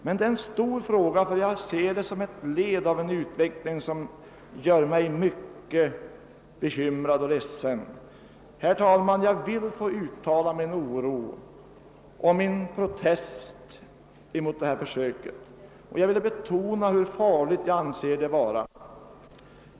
Men det är ändå en stor fråga i så måtto, att den utgör ett led i en utveckling som gör mig mycket bekymrad och ledsen. Herr talman! Jag vill uttala min oro över och min protest mot detta försök, och jag vill betona hur farligt jag anser det vara.